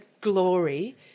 glory